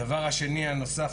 הדבר השני הנוסף,